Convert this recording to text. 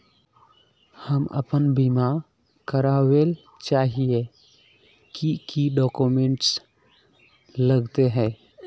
हम अपन बीमा करावेल चाहिए की की डक्यूमेंट्स लगते है?